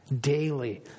daily